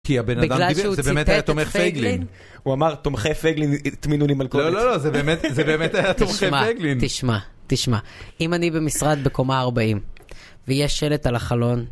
בגלל שהוא ציטט את פייגלין, הוא אמר, תומכי פייגלין הטמינו לי מלכודת. לא, לא, לא, זה באמת היה תומכי פייגלין. תשמע, תשמע, אם אני במשרד בקומה 40, ויש שלט על החלון...